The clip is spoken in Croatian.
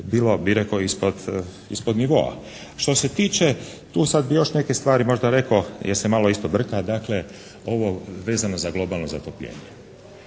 bilo bi rekao bih ispod nivoa. Što se tiče tu sad još bi neke stvari možda rekao, jer se malo isto brka, dakle ovo vezano za globalno zatopljenje.